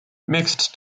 mixed